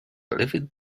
livid